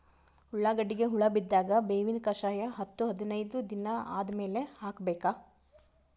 ಉಳ್ಳಾಗಡ್ಡಿಗೆ ಹುಳ ಬಿದ್ದಾಗ ಬೇವಿನ ಕಷಾಯ ಹತ್ತು ಹದಿನೈದ ದಿನ ಆದಮೇಲೆ ಹಾಕಬೇಕ?